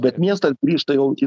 bet miestas grįžta jau į